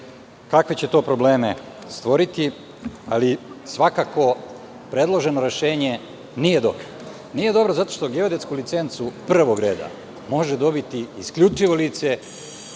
kakve će to probleme stvoriti. Svakako da predložene rešenje nije dobro. Nije dobro zato što geodetsku licencu prvog reda može dobiti isključivo lice